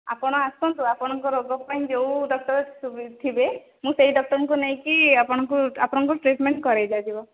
ଆପଣ ଆସନ୍ତୁ ଆପଣଙ୍କର ରୋଗ ପାଇଁ ଯେଉଁ ଡକ୍ଟର ଥିବେ ମୁଁ ସେହି ଡକ୍ଟରଙ୍କୁ ନେଇକି ଆପଣଙ୍କୁ ଆପଣଙ୍କୁ ଟ୍ରିଟମେଣ୍ଟ କରାଇ ଦିଆ ଯିବ